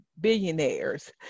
billionaires